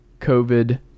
COVID